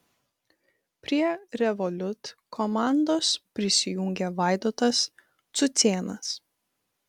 prie revolut komandos prisijungė vaidotas cucėnas